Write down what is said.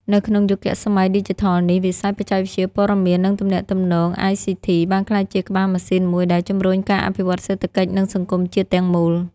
នៅក្នុងយុគសម័យឌីជីថលនេះ វិស័យ បច្ចេកវិទ្យាព័ត៌មាន និងទំនាក់ទំនង (ICT) បានក្លាយជាក្បាលម៉ាស៊ីនមួយដែលជំរុញការអភិវឌ្ឍសេដ្ឋកិច្ចនិងសង្គមជាតិទាំងមូល។